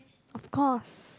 of course